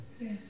Yes